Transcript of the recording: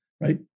right